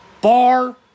Bar